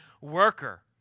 worker